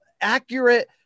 accurate